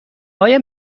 آیا